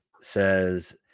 says –